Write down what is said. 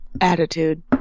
attitude